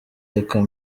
reka